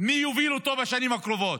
מי יוביל אותו בשנים הקרובות,